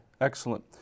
Excellent